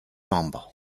membres